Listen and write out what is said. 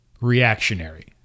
reactionary